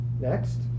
Next